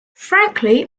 frankly